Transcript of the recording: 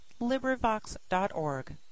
LibriVox.org